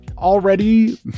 Already